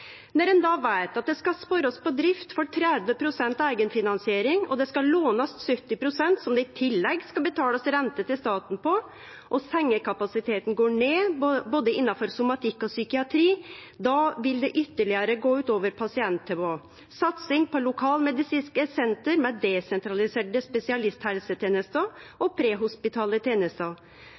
Når ein då veit at det skal sparast på drift for 30 pst. av eigenfinansieringa og det skal lånast 70 pst., som det i tillegg skal betalast renter til staten av, og at sengekapasiteten går ned innanfor både somatikk og psykiatri, vil det gå ytterlegare ut over pasienttilbod. Det skulle satsast på lokale medisinske senter med desentraliserte spesialisthelsetenester og prehospitale tenester